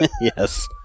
Yes